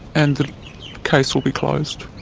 and the case will be closed.